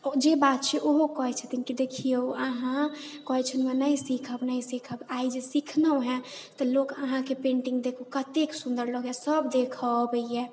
जे बात छै ओहो कहैत छथिन कि देखिऔ अहाँ कहैत छलहुँ हँ नहि सीखब नहि सीखब आइ जे सीखलहुँ हँ तऽ लोक अहाँकेँ पेंटिङ्ग देखू कते सुंदर लगैए सब देखऽ अबैए